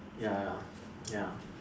ya ya ya